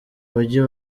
mujyi